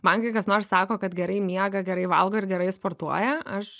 man kai kas nors sako kad gerai miega gerai valgo ir gerai sportuoja aš